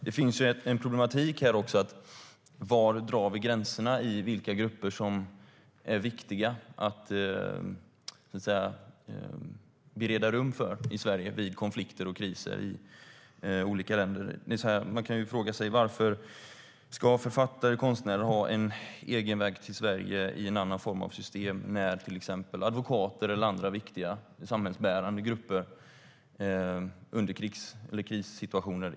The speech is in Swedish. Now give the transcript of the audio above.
Det finns nämligen en problematik här: Var drar vi gränserna för vilka grupper som är viktiga att bereda rum för i Sverige vid konflikter och kriser i olika länder? Man kan fråga sig varför författare och konstnärer ska ha en egen väg till Sverige, i en annan form av system, när till exempel advokater eller andra viktiga samhällsbärande grupper inte har det i krigs eller krissituationer.